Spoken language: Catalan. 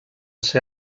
ser